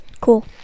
Cool